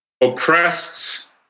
oppressed